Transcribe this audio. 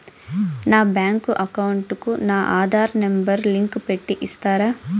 నా bank account కు నా ఆధార్ నెంబర్ లింకు పెట్టి ఇస్తారా?